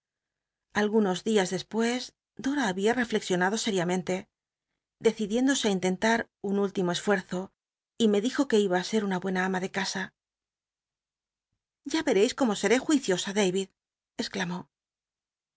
algunos dias despues dora babia rencxionado sél'iamcnle decidiéndose á inlcnlal un úilimo esfuerzo y me dijo c uc iba ser una buena ama de casa ya rcrcis como seré juiciosa david exclamó